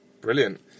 Brilliant